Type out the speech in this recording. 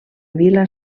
vila